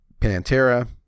Pantera